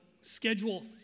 schedule